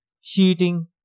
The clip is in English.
Cheating